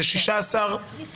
זה 16 שבועות,